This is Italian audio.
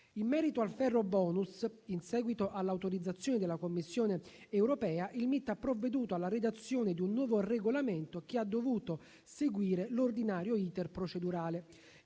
In merito al ferrobonus*,* in seguito all'autorizzazione della Commissione europea, il MIT ha provveduto alla redazione di un nuovo regolamento che ha dovuto seguire l'ordinario *iter* procedurale.